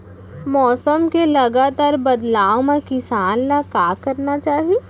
मौसम के लगातार बदलाव मा किसान ला का करना चाही?